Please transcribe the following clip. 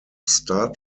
star